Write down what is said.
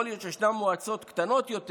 יכול להיות שיש מועצות קטנות יותר,